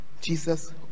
Jesus